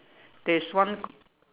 there's one